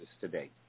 today